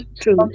True